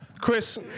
Chris